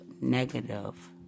negative